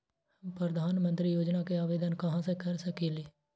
हम प्रधानमंत्री योजना के आवेदन कहा से कर सकेली?